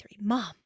Mom